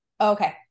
Okay